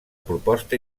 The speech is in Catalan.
proposta